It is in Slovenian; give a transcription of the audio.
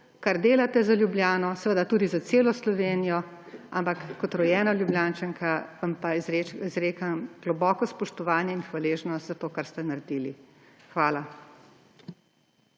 kar delate za Ljubljano, seveda tudi za celo Slovenijo, ampak kot rojena Ljubljančanka vam pa izrekam globoko spoštovanje in hvaležnost za to, kar ste naredili. Hvala.